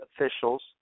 officials